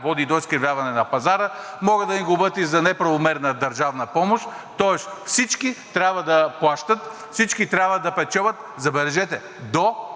води до изкривяване на пазара, могат да ни глобят и за неправомерна държавна помощ, тоест всички трябва да плащат, всички трябва да печелят, забележете, до